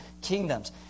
kingdoms